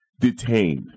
detained